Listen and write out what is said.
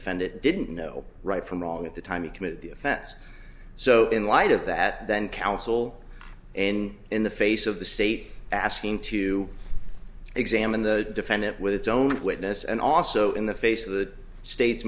defendant didn't know right from wrong at the time he committed the offense so in light of that then counsel and in the face of the state asking to examine the defendant with its own witness and also in the face of the state